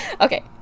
Okay